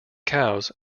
cows